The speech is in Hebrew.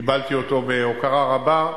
קיבלתי אותו בהוקרה רבה,